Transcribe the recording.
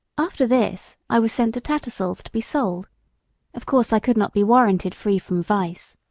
after this i was sent to tattersall's to be sold of course i could not be warranted free from vice,